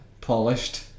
Polished